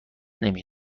نمی